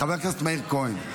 חבר הכנסת מאיר כהן.